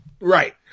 Right